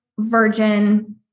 virgin